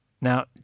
Now